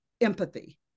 empathy